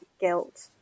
guilt